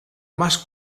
más